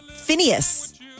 Phineas